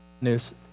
News